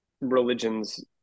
religions